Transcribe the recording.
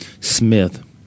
Smith